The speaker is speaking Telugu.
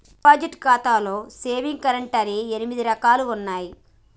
డిపాజిట్ ఖాతాలో సేవింగ్స్ కరెంట్ అని ఎనిమిది రకాలుగా ఉన్నయి